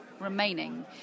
remaining